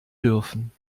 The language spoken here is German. dürfen